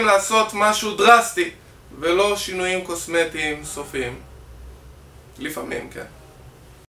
לעשות משהו דרסטי, ולא שינויים קוסמטיים סופיים. לפעמים כן.